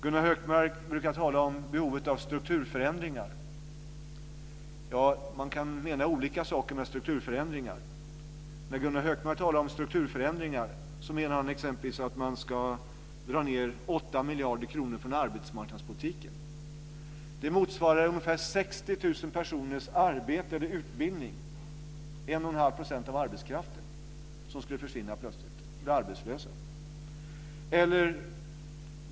Gunnar Hökmark brukar tala om behovet av strukturförändringar. Ja, man kan mena olika saker med strukturförändringar. När Gunnar Hökmark talar om strukturförändringar menar han exempelvis att man ska dra ned 8 miljarder kronor från arbetsmarknadspolitiken. Det motsvarar ungefär 60 000 personers arbete eller utbildning. 1 1⁄2 % av arbetskraften skulle plötsligt försvinna och bli arbetslösa.